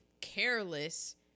careless